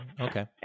Okay